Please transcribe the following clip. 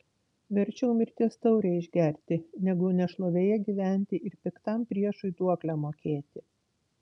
verčiau mirties taurę išgerti negu nešlovėje gyventi ir piktam priešui duoklę mokėti